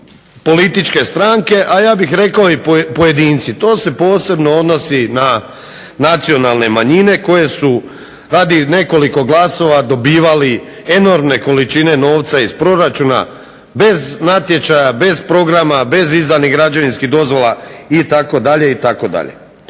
političke stranke, a ja bih rekao i pojedinci. To se posebno odnosi na nacionalne manjine koje su radi nekoliko glasova dobivali enormne količine novca iz proračuna bez natječaja, bez programa, bez izdanih građevinskih dozvola itd.